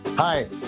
Hi